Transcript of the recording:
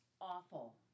awful